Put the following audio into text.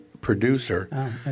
producer